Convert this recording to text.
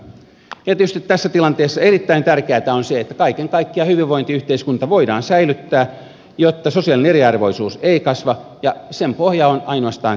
ja tietysti tässä tilanteessa erittäin tärkeätä on se että kaiken kaikkiaan hyvinvointiyhteiskunta voidaan säilyttää jotta sosiaalinen eriarvoisuus ei kasva ja sen pohja on ainoastaan terve talous